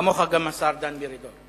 כמוך גם השר דן מרידור.